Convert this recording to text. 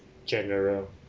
general